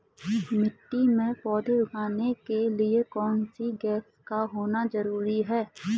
मिट्टी में पौधे उगाने के लिए कौन सी गैस का होना जरूरी है?